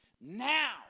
Now